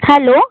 hello